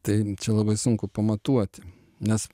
tai čia labai sunku pamatuoti nes